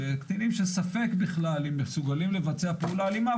קטינים שספק בכלל אם הם מסוגלים לבצע פעולה אלימה,